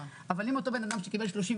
אבל אותו בן אדם שקיבל 38%,